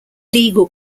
legal